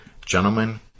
Gentlemen